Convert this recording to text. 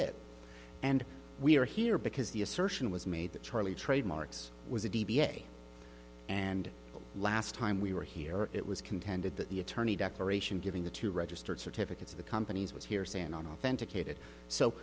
it and we are here because the assertion was made that charlie trademarks was a d b a and last time we were here it was contended that the attorney declaration giving the two registered certificates of the companies was hearsay and authenticated so